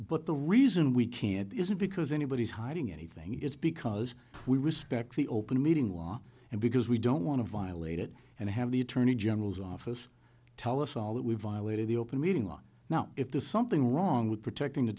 but the reason we can't isn't because anybody is hiding anything is because we respect the open meeting law and because we don't want to violate it and have the attorney general's office tell us all that we violated the open meeting law now if there's something wrong with protecting the